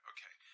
Okay